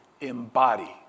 embody